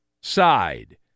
side